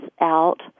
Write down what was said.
out